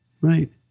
right